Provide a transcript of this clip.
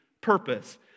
purpose